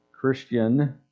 Christian